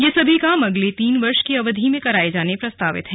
ये सभी काम अगले तीन वर्ष की अवधि में कराए जाने प्रस्तावित हैं